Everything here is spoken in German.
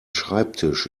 schreibtisch